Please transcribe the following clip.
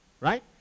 right